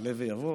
"יעלה ויבוא".